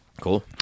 Cool